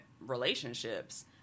relationships